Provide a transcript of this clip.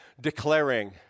declaring